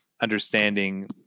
understanding